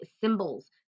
symbols